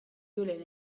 julen